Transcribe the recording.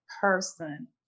person